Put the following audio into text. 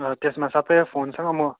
अँ त्यसमा सबै फोन छ म